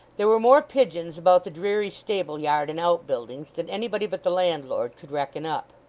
there were more pigeons about the dreary stable-yard and out-buildings than anybody but the landlord could reckon up.